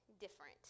different